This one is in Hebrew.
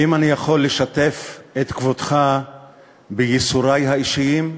האם אני יכול לשתף את כבודך בייסורי האישיים?